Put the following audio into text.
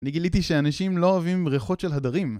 אני גיליתי שאנשים לא אוהבים ריחות של הדרים